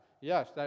Yes